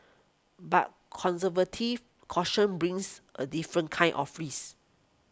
but conservative caution brings a different kind of race